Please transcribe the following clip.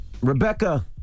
Rebecca